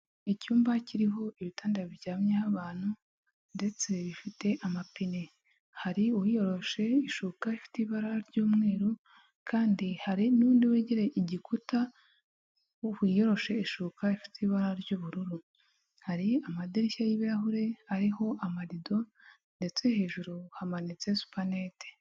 Icyumba kiriho ibitanda biryamyeho abantu ndetse bifite amapine. Hari uwiyoroshe ishuka ifite ibara ry'umweru, kandi hari n'undi wegereye igikuta wiyoroshe ishuka ifite ibara ry'ubururu. Hari amadirishya y'ibirahure ariho amarido ndetse hejuru hamanitse supanete.